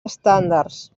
estàndards